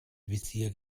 visier